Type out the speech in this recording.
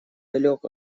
далек